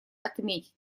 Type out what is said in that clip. отметить